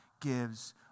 gives